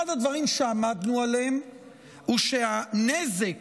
אחד הדברים שעמדנו עליהם הוא שהנזק